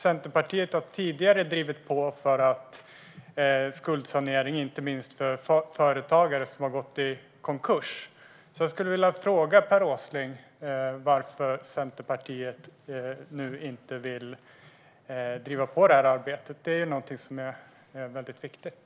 Centerpartiet har tidigare drivit på för skuldsanering, inte minst för företagare som har gått i konkurs. Jag skulle därför vilja fråga varför Centerpartiet inte längre vill driva på i detta arbete. Det är någonting som är väldigt viktigt.